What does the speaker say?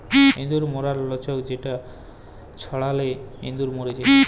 ইঁদুর ম্যরর লাচ্ক যেটা ছড়ালে ইঁদুর ম্যর যায়